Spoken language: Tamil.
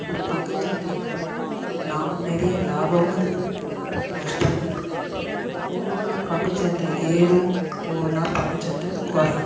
இந்த பங்குச் சந்தையில் நான் நிறைய லாபமும் இருக்குது நஷ்டமும் இருக்குது ஒவ்வொரு நாள் பங்குச் சந்தை ஏறும் ஒவ்வொரு நாள் பங்குச் சந்தை குறையும்